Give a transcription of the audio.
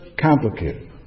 complicated